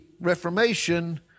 Reformation